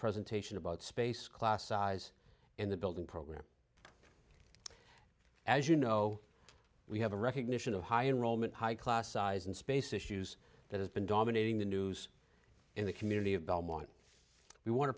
presentation about space class size in the building program as you know we have a recognition of high and high class size and space issues that have been dominating the news in the community of belmont we want to